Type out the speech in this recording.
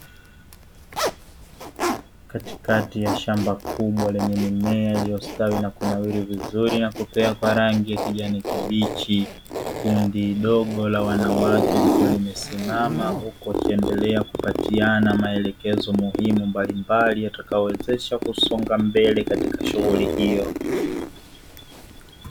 Katikati ya shamba kubwa lenye mimea iliyostawi na kunawiri vizuri na kupea kwa rangi ya kijani kibichi. Kundi dogo la wanawake likiwa limesimama huku wakiendelea kupatiana maelekezo muhimu mbalimbali yatakayo wawezesha kusonga mbele katika shughuli hiyo.